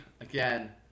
again